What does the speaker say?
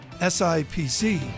SIPC